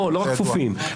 לא רק כפופים.